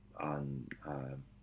on